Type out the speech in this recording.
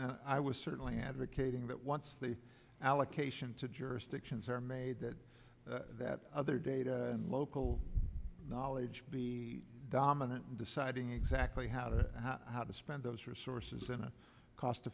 i was certainly advocating that once the allocation to jurisdictions are made that that other data and local knowledge be dominant in deciding exactly how to how to spend those resources in a cost